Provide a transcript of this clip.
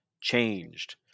changed